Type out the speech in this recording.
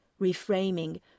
reframing